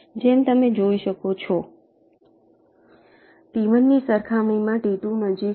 જેમ તમે જોઈ શકો છો T1 ની સરખામણીમાં T2 નજીક હશે